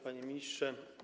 Panie Ministrze!